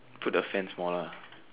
put the fans more lah